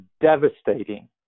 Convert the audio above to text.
devastating